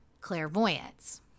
clairvoyance